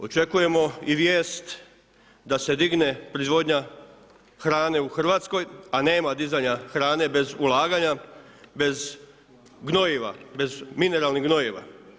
Očekujemo i vijest da se digne proizvodnja hrane u Hrvatskoj, a nema dizanja hrane bez ulaganja, bez gnojiva, bez mineralnih gnojiva.